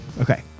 Okay